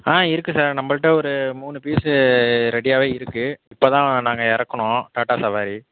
ஆ இருக்கு சார் நம்பள்கிட்ட ஒரு மூணு பீஸு ரெடியாகவே இருக்கு இப்போ தான் நாங்கள் இறக்குனோம் டாட்டா சவாரி